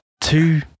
two